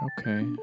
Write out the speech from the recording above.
Okay